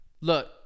Look